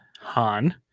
Han